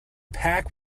pack